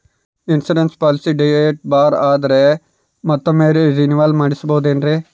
Insurance policy date bar ಆದರೆ ಮತ್ತೊಮ್ಮೆ renewal ಮಾಡಿಸಬಹುದೇ ಏನ್ರಿ?